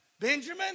Benjamin